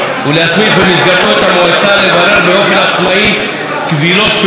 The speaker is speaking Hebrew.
ולהסמיך במסגרתו את המועצה לברר באופן עצמאי קבילות שהוגשו